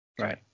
Right